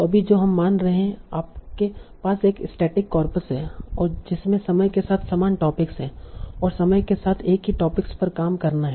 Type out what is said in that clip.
तो अभी जो हम मान रहे हैं आपके पास एक स्टेटिक कोर्पस है और जिसमें समय के साथ समान टॉपिक्स हैं और समय के साथ एक ही टॉपिक्स पर काम करना है